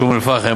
של אום-אלפחם,